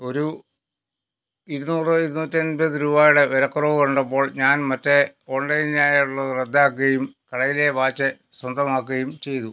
ഒരു ഇരുനൂറ് ഇരുനൂറ്റൻപത് രൂപയുടെ വിലക്കുറവ് കണ്ടപ്പോൾ ഞാൻ മറ്റേ ഓൺലൈൻ ആയുള്ളത് റദ്ദാക്കുകയും കടയിലെ വാച്ച് സ്വന്തമാക്കുകയും ചെയ്തു